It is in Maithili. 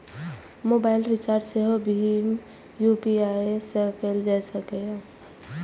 मोबाइल रिचार्ज सेहो भीम यू.पी.आई सं कैल जा सकैए